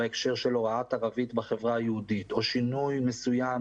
בהקשר של הוראת ערבית בחברה היהודית או שינוי מסוים